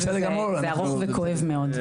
זה ארוך וכואב מאוד.